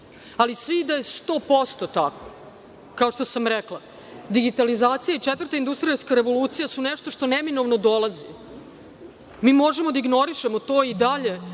je sto posto tako kao što sam rekla, digitalizacija i četvrta industrijska revolucija su nešto što neminovno dolazi. Mi možemo da ignorišemo to i dalje,